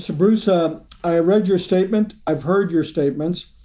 so bruce, ah i read your statement. i've heard your statements.